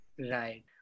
Right